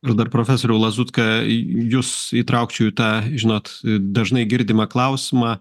ir dar profesorių lazutką jus įtraukčiau į tą žinot dažnai girdimą klausimą